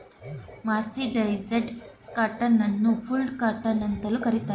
mercerised cotton ಅನ್ನು ಫುಲ್ಡ್ cotton ಅಂತಲೂ ಕರಿತಾರೆ